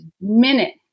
minute